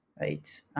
right